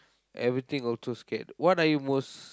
everything also scared what are you most